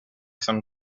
some